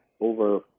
over